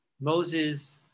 Moses